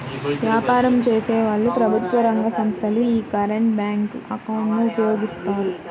వ్యాపారం చేసేవాళ్ళు, ప్రభుత్వ రంగ సంస్ధలు యీ కరెంట్ బ్యేంకు అకౌంట్ ను ఉపయోగిస్తాయి